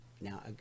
Now